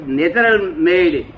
natural-made